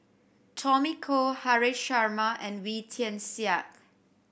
Tommy Koh Haresh Sharma and Wee Tian Siak